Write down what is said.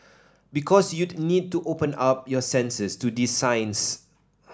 because you'd need to open up your senses to these signs